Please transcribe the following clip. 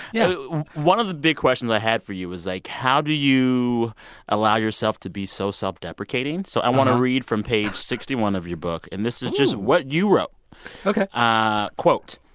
you know one of the big questions i had for you was, like, how do you allow yourself to be so self-deprecating? so i want to read from page sixty one of your book. and this is just what you wrote ok ah quote,